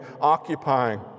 occupying